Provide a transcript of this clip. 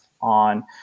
on